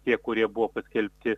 tie kurie buvo paskelbti